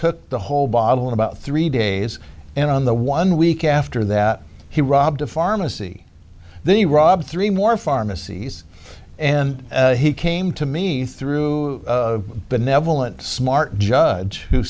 took the whole bottle in about three days and on the one week after that he robbed a pharmacy the robbed three more pharmacies and he came to me through benevolent smart judge who